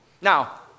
Now